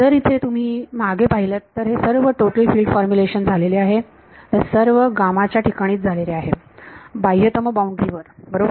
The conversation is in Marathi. जर तुम्ही इथे मागे पाहिलंत हे सर्व हे टोटल फिल्ड फॉर्मुलेशन झालेले आहे ते सर्व च्या ठिकाणीच झालेले आहे बाह्यतम बाउंड्री वर बरोबर